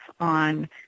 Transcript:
on